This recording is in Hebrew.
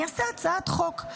אני אעשה הצעת חוק.